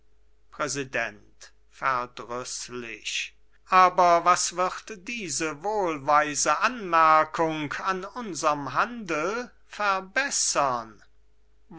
präsident verdrießlich aber was wird diese wohlweise anmerkung an unserm handel verbessern